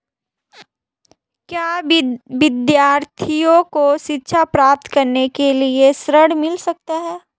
क्या विद्यार्थी को शिक्षा प्राप्त करने के लिए ऋण मिल सकता है?